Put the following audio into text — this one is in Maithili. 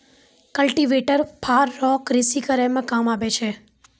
कल्टीवेटर फार रो कृषि करै मे काम आबै छै